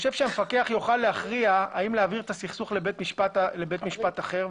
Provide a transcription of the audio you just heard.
שהמפקח יוכל להכריע האם להעביר את הסכסוך לבית משפט אחר.